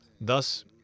Thus